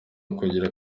ukugira